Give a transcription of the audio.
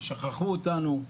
שכחו אותנו,